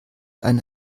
eine